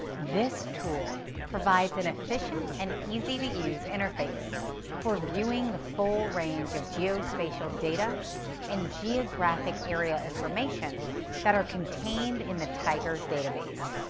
this tool provides an efficient and easy-to-use interface for viewing the full range of geospatial data and geographic area information that are contained in the tiger database,